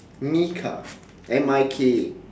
mika M I K A